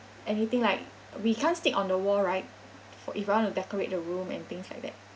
anything like we can't stick on the wall right for if I want to decorate the room and things like that